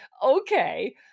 Okay